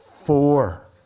four